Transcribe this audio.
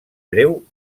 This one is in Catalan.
breu